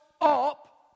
up